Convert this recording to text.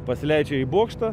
pasileidžia į bokštą